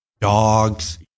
dogs